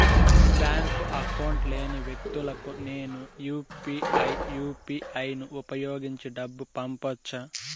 Bank account లేని వ్యక్తులకు నేను యు పి ఐ యు.పి.ఐ ను ఉపయోగించి డబ్బు పంపొచ్చా?